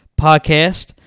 podcast